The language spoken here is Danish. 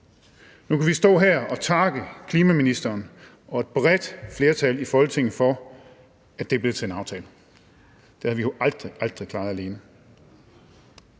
Nu kan vi stå her og takke klimaministeren og et bredt flertal i Folketinget for, at det blev til en aftale. Det havde vi jo aldrig, aldrig klaret alene.